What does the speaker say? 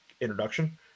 introduction